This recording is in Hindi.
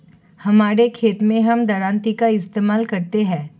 हमारे खेत मैं हम दरांती का इस्तेमाल करते हैं